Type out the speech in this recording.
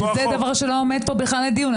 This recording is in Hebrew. שזה דבר שלא עומד פה בכלל לדיון,